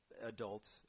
adult